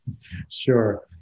Sure